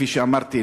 כפי שאמרתי,